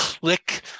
Click